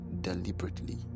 deliberately